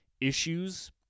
issues